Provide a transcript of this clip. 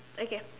okay